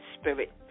spirit